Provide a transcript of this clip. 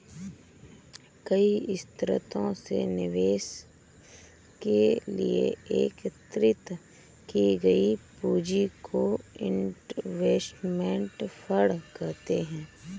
कई स्रोतों से निवेश के लिए एकत्रित की गई पूंजी को इनवेस्टमेंट फंड कहते हैं